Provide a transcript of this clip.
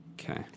Okay